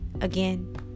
again